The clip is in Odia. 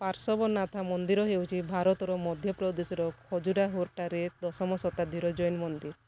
ପାର୍ଶବନାଥା ମନ୍ଦିର ହେଉଛି ଭାରତର ମଧ୍ୟପ୍ରଦେଶର ଖଜୁରାହୋଠାରେ ଦଶମ ଶତାବ୍ଦୀର ଜୈନ ମନ୍ଦିର